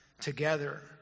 together